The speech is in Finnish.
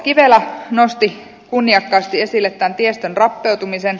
kivelä nosti kunniakkaasti esille tämän tiestön rappeutumisen